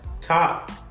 top